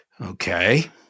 Okay